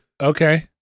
Okay